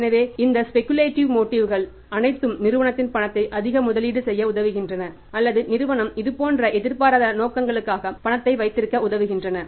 எனவே இந்த speculative motive கள் அனைத்தும் நிறுவனத்தின் பணத்தை அதிக முதலீடு செய்ய உதவுகின்றன அல்லது நிறுவனம் இது போன்ற எதிர்பாராத நோக்கங்களுக்காக பணத்தை வைத்திருக்க உதவுகின்றன